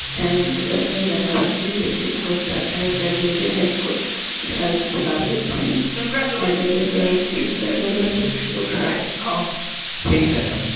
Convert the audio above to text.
and the best thing that happened to me this week was that i graduated high school as the valedictorian and like a speech that made a bunch of people cry oh hey, sam.